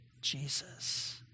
Jesus